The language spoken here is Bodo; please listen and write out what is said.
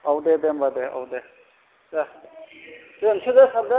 औ दे दे होनबा दे औ दे दे दोनसैलै सार दे